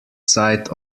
side